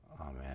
Amen